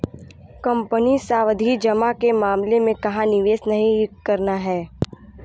Company सावधि जमा के मामले में कहाँ निवेश नहीं करना है?